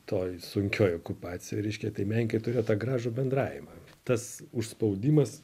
toj sunkioj okupacijoj reiškia tai menininkai turėjo tą gražų bendravimą tas užspaudimas